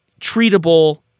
treatable